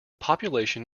population